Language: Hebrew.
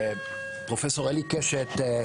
פרופ' אלי קשת,